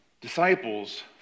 Disciples